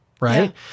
right